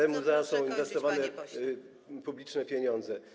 W te muzea są inwestowane publiczne pieniądze.